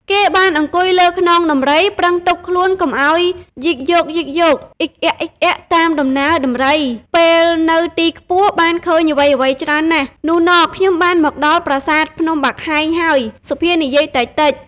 គេបានអង្គុយលើខ្នងដំរីប្រឹងទប់ខ្លួនកុំឱ្យយីកយោកៗ អ៊ីកអ៊ាកៗតាមដំណើរ ដំរី ពេលនៅទីខ្ពស់បានឃើញអ្វីៗច្រើនណាស់ នុះន ខ្ញុំបាន មកដល់ប្រាសាទភ្នំបាខែងហើយសុភានិយាយតិចៗ ។